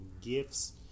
gifts